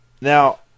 Now